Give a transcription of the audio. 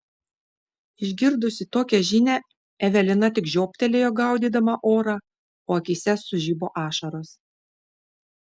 išgirdusi tokią žinią evelina tik žioptelėjo gaudydama orą o akyse sužibo ašaros